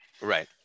Right